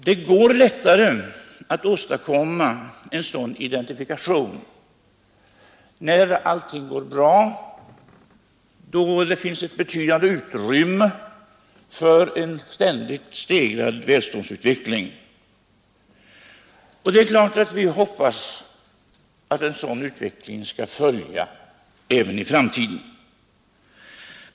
Det går lättare att åstadkomma en sådan identifikation när allting går bra, då det finns ett betydande utrymme för en ständigt stegrad välståndsutveckling. Det är klart att vi hoppas att en sådan utveckling skall följa även i framtiden.